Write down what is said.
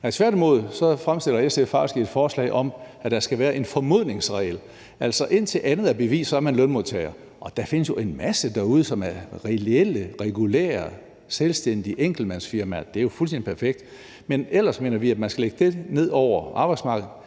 Tværtimod fremsætter SF faktisk et forslag om, at der skal være en formodningsregel. Altså, indtil andet er bevist, er man lønmodtager. Der findes jo en masse derude, som er reelle, regulære selvstændige enkeltmandsfirmaer. Det er jo fuldstændig perfekt. Men ellers mener vi, at man skal lægge det ned over arbejdsmarkedet: